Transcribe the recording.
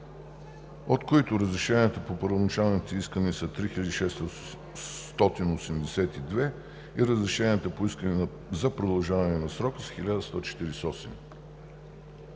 от които разрешенията по първоначалните искания са 3682 и разрешенията по искания за продължаване на срока са 1148.